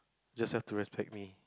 just have to respect me